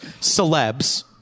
celebs